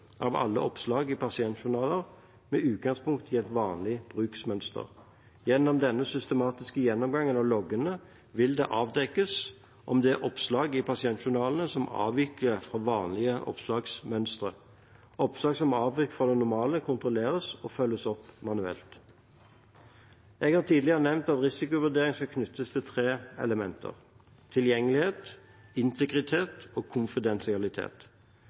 av alle oppslag i pasientjournalene med utgangspunkt i vanlige bruksmønstre. Gjennom denne systematiske gjennomgangen av loggene vil det avdekkes om det er oppslag i pasientjournalene som avviker fra vanlige oppslagsmønstre. Oppslag som avviker fra det normale, kontrolleres og følges opp manuelt. Jeg har tidligere nevnt at risikovurderinger skal knyttes til tre elementer: tilgjengelighet, integritet og konfidensialitet.